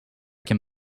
can